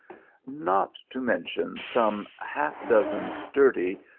not to mention some half dozen sturdy,